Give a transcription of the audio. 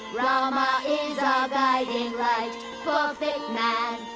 rama is our guiding light perfect man,